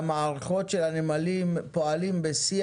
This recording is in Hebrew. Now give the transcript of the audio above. אתה חושב שהמערכות של הנמלים פועלות בשיא